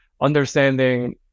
understanding